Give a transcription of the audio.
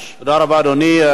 תודה רבה, אדוני.